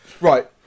right